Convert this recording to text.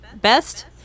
best